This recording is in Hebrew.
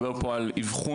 אני פריווילג?